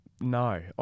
No